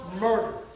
murder